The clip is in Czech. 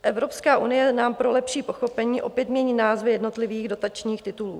Evropská unie nám pro lepší pochopení opět mění názvy jednotlivých dotačních titulů.